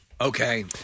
Okay